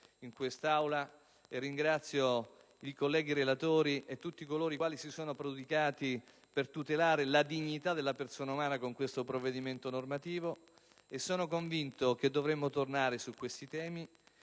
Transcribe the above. in Aula. Ringrazio il collega relatore e tutti coloro i quali si sono prodigati per tutelare la dignità della persona umana con questo provvedimento normativo. Sono convinto che dovremo tornare su questi temi